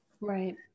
Right